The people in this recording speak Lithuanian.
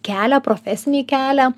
kelią profesinį kelią